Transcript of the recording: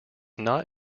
not